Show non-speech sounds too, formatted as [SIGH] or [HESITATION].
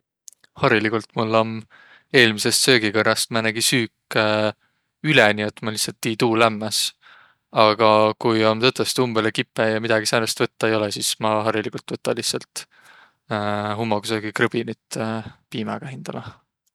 Hariligult mul om eelmidsest söögikõrrast määnegi süük [HESITATION] üle, nii et maq lihtsält tii tuu lämmäs. Aga ku om tõtõstõ umbõlõ kipõ ja midägi säänest võttaq ei olõq sis maq hariligult võta lihtsält [HESITATION] hummogusöögikrõbinit [HESITATION] piimägä hindäle.